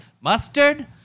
Mustard